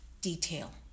detail